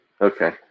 okay